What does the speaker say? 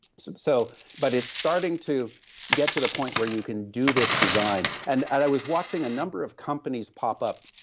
so so but it's starting to get to the point where you can do this design. and i was watching a number of companies pop up,